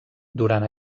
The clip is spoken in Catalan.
durant